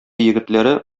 егетләре